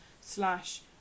slash